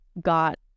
got